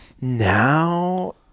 Now